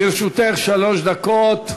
לרשותך שלוש דקות.